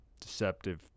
deceptive